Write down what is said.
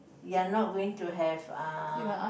you're not going to have uh